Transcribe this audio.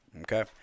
Okay